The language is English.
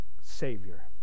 Savior